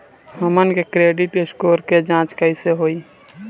हमन के credit score के जांच कैसे होइ?